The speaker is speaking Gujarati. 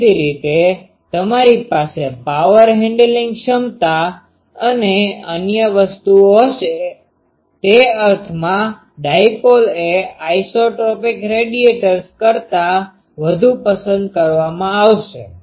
દેખીતી રીતે તમારી પાસે પાવર હેન્ડલિંગ ક્ષમતા અને અન્ય વસ્તુઓ હશે તે અર્થમાં ડાયપોલ એ આઇસોટ્રોપિક રેડિએટર કરતા વધુ પસંદ કરવામાં આવશે